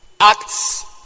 Acts